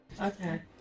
Okay